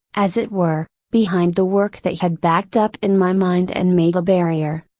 as it were, behind the work that had backed up in my mind and made a barrier.